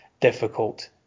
difficult